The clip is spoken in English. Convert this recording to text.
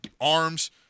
arms